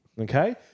okay